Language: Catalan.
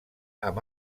amb